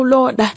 Lord